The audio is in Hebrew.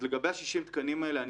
לגבי 60 התקנים האלה,